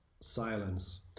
silence